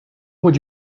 would